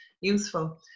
useful